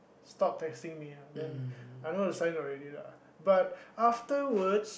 stop texting me lah then I know the sign already lah but afterwards